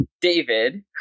David